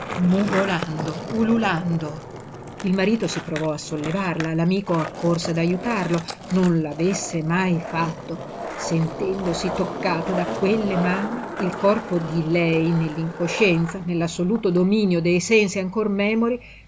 mugolando ululando il marito si provò a sollevarla l'amico accorse ad ajutarlo non l'avesse mai fatto sentendosi toccata da quelle mani il corpo di lei nell'incoscienza nell'assoluto dominio dei sensi ancor memori